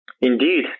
Indeed